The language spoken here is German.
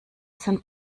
sind